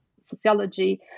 sociology